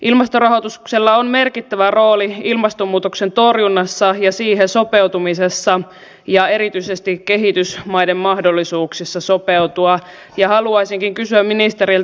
ilmastorahoituksella on merkittävä rooli ilmastonmuutoksen torjunnassa ja siihen sopeutumisessa ja erityisesti kehitysmaiden mahdollisuuksissa sopeutua ja haluaisinkin kysyä ministeriltä